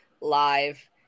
live